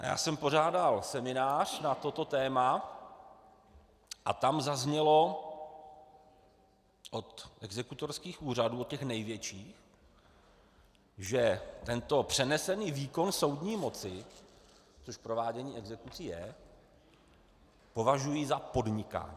Já jsem pořádal seminář na toto téma a tam zaznělo od exekutorských úřadů, těch největších, že tento přenesený výkon soudní moci, což provádění exekucí je, považují za podnikání.